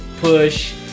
Push